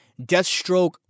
Deathstroke